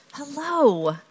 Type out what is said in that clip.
Hello